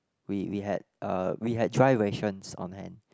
we we had uh we had dry rations on hand